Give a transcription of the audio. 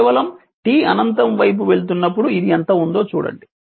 కేవలం t అనంతం వైపు వెళ్తున్నప్పుడు ఇది ఎంత ఉందో చూడండి